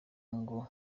ngo